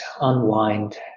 unwind